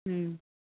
ꯎꯝ